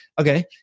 okay